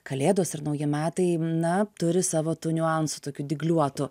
kalėdos ir nauji metai na turi savo tų niuansų tokių dygliuotų